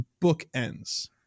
bookends